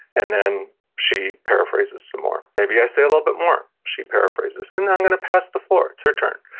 and then she paraphrases some more. maybe i say a little bit more, she paraphrases. then i'm going to pass the floor, it's her turn.